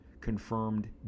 confirmed